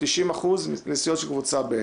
90% לסיעות של קבוצה ב'.